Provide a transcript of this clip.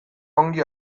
ongi